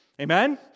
Amen